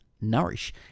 nourish